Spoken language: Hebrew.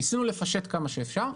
ניסינו לפשט כמה שאפשר,